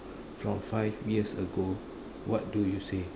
from five years ago what do you say